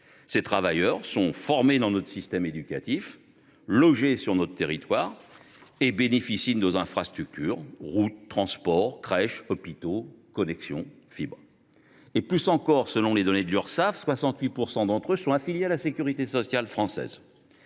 Ces travailleurs sont formés dans notre système éducatif, logés sur notre territoire et bénéficient de nos infrastructures, routes, transports, crèches, hôpitaux, connexions, fibre. Qui plus est, selon les données de l’Urssaf, 68 % d’entre eux sont affiliés à la sécurité sociale française.